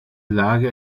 lage